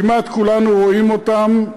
כמעט כולנו רואים אותם,